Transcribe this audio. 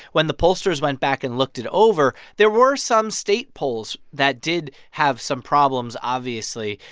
when the pollsters went back and looked it over, there were some state polls that did have some problems, obviously.